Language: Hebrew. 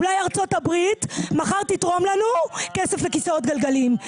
אולי ארצות הברית מחר תתרום לנו כסף לכיסאות גלגלים.